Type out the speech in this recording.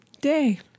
day